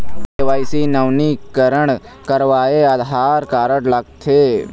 KYC नवीनीकरण करवाये Aadhaar card लगथे?